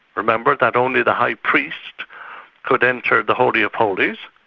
remember that only the high priest could enter the holy of holies,